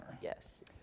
Yes